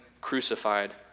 crucified